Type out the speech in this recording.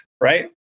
right